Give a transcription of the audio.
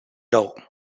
low